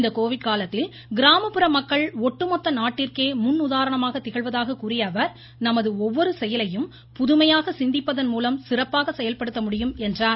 இந்த கோவிட் காலத்தில் கிராமப்புற மக்கள் ஒட்டுமொத்த நாட்டிற்கே முன்னுதாரணமாக திகழ்வதாக கூறிய அவர் நமது ஒவ்வொரு செயலையும் புதுமையாக சிந்திப்பதன் மூலம் சிறப்பாக செயல்படுத்த முடியும் என்றார்